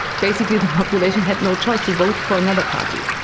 basically the population had no choice to vote for another party.